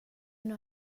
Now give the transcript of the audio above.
know